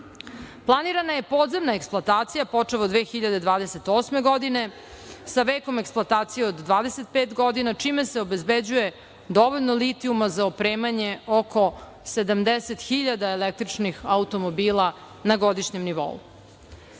značaja. Planirana je podzemna eksploatacija, počev od 2028. godine, sa vekom eksploatacije od 25 godina, čime se obezbeđuje dovoljno litijuma za opremanje oko 70 hiljada električnih automobila na godišnjem nivou.